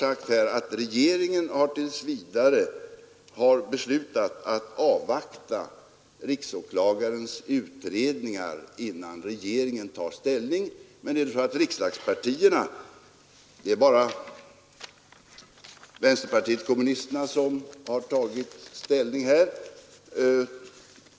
Jag har sagt att regeringen tills vidare har beslutat att avvakta riksåklagarens utredningar innan regeringen tar ställning. Men det är bara vänsterpartiet kommunisterna som har uttalat sig.